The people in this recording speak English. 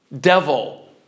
devil